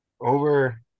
over